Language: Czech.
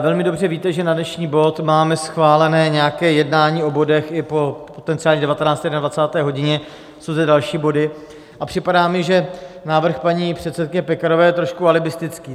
Velmi dobře víte, že na dnešní blok máme schválené nějaké jednání o bodech i po 19. a 21. hodině, jsou zde další body, a připadá mi, že návrh paní předsedkyně Pekarové je trošku alibistický.